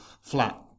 flat